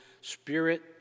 spirit